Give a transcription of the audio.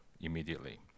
immediately